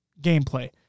gameplay